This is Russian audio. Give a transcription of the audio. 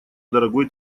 дорогой